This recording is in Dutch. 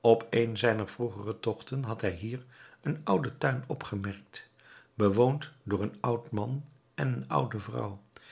op een zijner vroegere tochten had hij hier een ouden tuin opgemerkt bewoond door een oud man en een oude vrouw